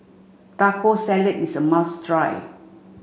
Taco Salad is a must try